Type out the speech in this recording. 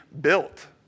built